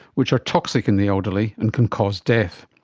which are toxic in the elderly and can cause death.